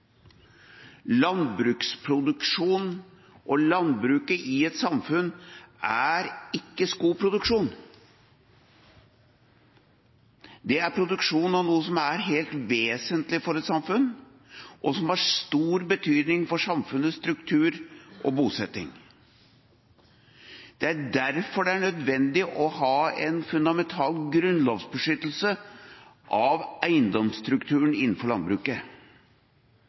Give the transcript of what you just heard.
Landbruksproduksjon og landbruket i et samfunn er ikke skoproduksjon. Det er produksjon av noe som er helt vesentlig for et samfunn, og som har stor betydning for samfunnets struktur og bosetting. Det er derfor det er nødvendig å ha en fundamental grunnlovsbeskyttelse av eiendomsstrukturen innenfor landbruket.